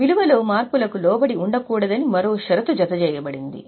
విలువలో మార్పులకు లోబడి ఉండకూడదని మరో షరతు జతచేయబడింది